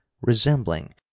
resembling